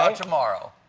um tomorrow?